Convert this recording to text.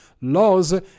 laws